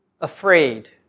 afraid